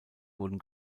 wurden